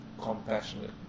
Compassionate